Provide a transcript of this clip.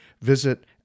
Visit